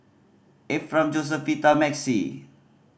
Ephram Josefita and Maxie